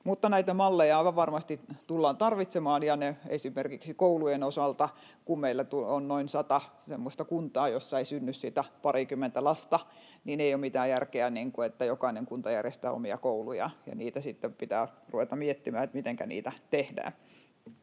Näitä malleja aivan varmasti tullaan tarvitsemaan esimerkiksi koulujen osalta. Kun meillä on noin sata semmoista kuntaa, jossa ei synny sitä pariakymmentä lasta, niin ei ole mitään järkeä, että jokainen kunta järjestää omia kouluja, vaan niitä sitten pitää ruveta miettimään, mitenkä niitä tehdään.